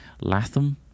Latham